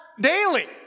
daily